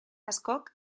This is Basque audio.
askok